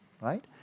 right